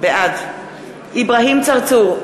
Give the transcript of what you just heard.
בעד אברהים צרצור,